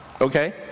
okay